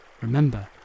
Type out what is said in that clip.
Remember